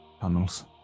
tunnels